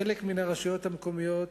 חלק מהרשויות המקומיות